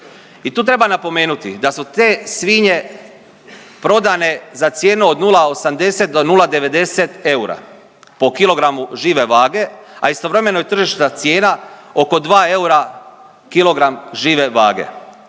I tu treba napomenuti da su te svinje prodane za cijenu od 0,80 do 0,90 eura po kilogramu žive vage, a istovremeno je tržišna cijena oko dva eura kilogram žive vage.